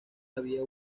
había